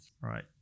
Right